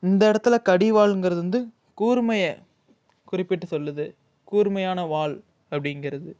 இந்த இடத்துல கடிவாள்ங்கிறது வந்து கூர்மையை குறிப்பிட்டு சொல்லுது கூர்மையான வாள் அப்படிங்கிறது